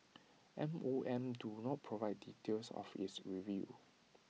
M O M did not provide details of its review